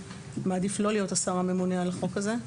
מעדיף לא להיות השר הממונה על החוק הזה.